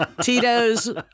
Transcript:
Tito's